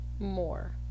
More